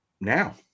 now